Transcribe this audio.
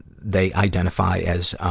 they identify as,